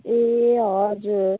ए हजुर